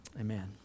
Amen